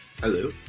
Hello